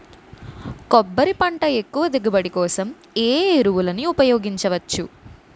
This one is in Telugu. కొబ్బరి పంట ఎక్కువ దిగుబడి కోసం ఏ ఏ ఎరువులను ఉపయోగించచ్చు?